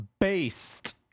based